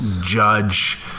judge